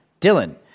Dylan